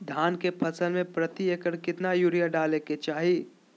धान के फसल में प्रति एकड़ कितना यूरिया डाले के चाहि?